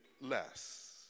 less